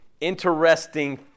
interesting